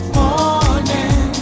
morning